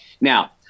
Now